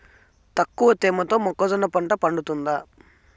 తక్కువ తేమతో మొక్కజొన్న పంట పండుతుందా?